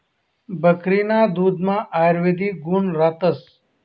बकरीना दुधमा आयुर्वेदिक गुण रातस